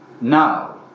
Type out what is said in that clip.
now